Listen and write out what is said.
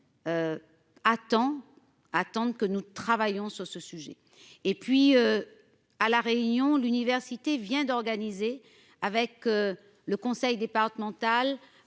attendent que nous travaillons sur ce sujet et puis. À la Réunion, l'université vient d'organiser avec. Le conseil départemental